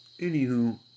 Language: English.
Anywho